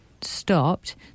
stopped